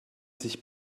sich